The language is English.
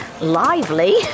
lively